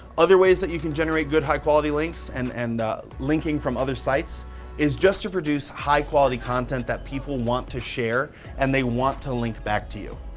other ways that you can generate good, high quality links and and linking from other sites is just to produce high quality content that people want to share and they want to link back to you.